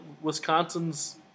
Wisconsin's